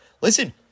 listen